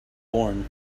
born